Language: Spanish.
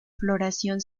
floración